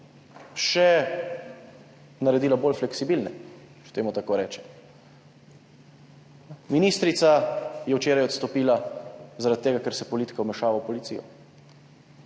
še bolj fleksibilne, če temu tako rečem. Ministrica je včeraj odstopila zaradi tega, ker se politika vmešava v policijo.